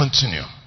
continue